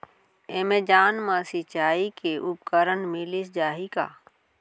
Amazon मा सिंचाई के उपकरण मिलिस जाही का?